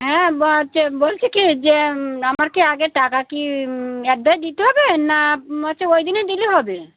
হ্যাঁ চ বলছি কি যে আমারকে আগে টাকা কি অ্যাডভান্স দিতে হবে না হচ্ছে ওই দিনে দিলে হবে